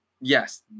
Yes